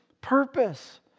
purpose